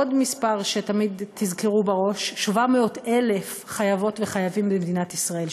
עוד מספר שתמיד תזכרו בראש: 700,000 חייבות וחייבים במדינת ישראל,